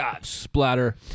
splatter